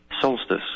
solstice